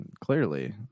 Clearly